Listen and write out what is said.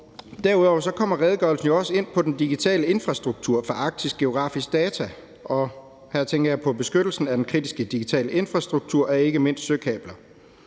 Derudover kommer redegørelsen jo også ind på den digitale infrastruktur for arktiske geografiske data, og her tænker jeg på beskyttelsen af den kritiske digitale infrastruktur, ikke mindst søkablerne.